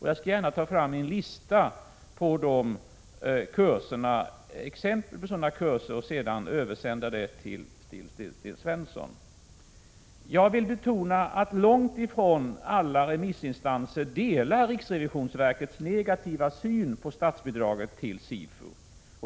Jag skall gärna ta fram en lista med exempel på sådana kurser och översända den till Sten Svensson. Jag vill betona att långt ifrån alla remissinstanser delar riksrevisionsverkets negativa syn på statsbidraget till SIFU.